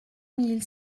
mille